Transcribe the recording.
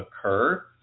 occur